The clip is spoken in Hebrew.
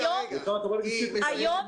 רגע, רגע, היא מסיימת.